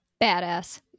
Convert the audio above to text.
badass